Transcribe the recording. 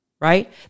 right